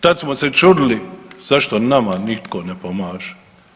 Tad smo se čudili zašto nama nitko ne pomaže.